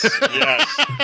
Yes